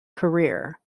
career